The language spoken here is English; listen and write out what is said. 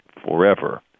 forever